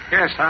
Yes